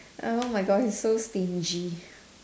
err oh my God he's so stingy